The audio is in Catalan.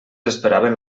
esperaven